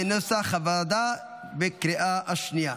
כנוסח הוועדה, בקריאה השנייה.